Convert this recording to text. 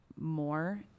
more